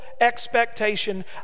expectation